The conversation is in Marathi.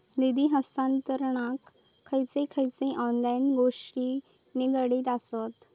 निधी हस्तांतरणाक खयचे खयचे ऑनलाइन गोष्टी निगडीत आसत?